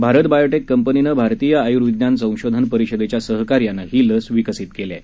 Bharat biotech कंपनीनं भारतीय आयुर्विज्ञान संशोधन परिषदेच्या सहकार्यानं ही लस विकसित केली आहे